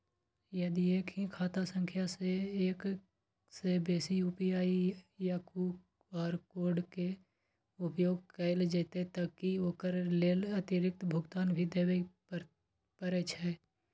यदि एक ही खाता सं एक से बेसी यु.पी.आई या क्यू.आर के उपयोग कैल जेतै त की ओकर लेल अतिरिक्त भुगतान भी देबै परै छै?